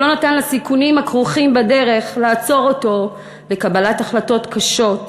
הוא לא נתן לסיכונים הכרוכים בדרך לעצור אותו בקבלת החלטות קשות,